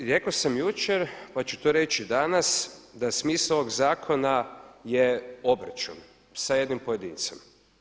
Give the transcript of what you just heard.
Rekao sam jučer, pa ću to reći i danas da smisao ovog zakona je obračun sa jednim pojedincem.